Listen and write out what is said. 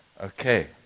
Okay